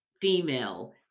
female